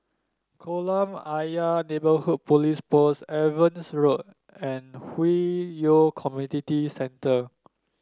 Kolam Ayer Neighbourhood Police Post Evans Road and Hwi Yoh Community Center